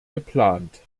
geplant